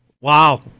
Wow